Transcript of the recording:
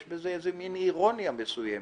יש בזה איזו מין אירוניה מסוימת,